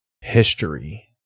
History